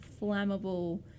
flammable